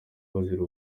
bazira